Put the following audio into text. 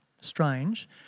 strange